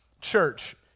church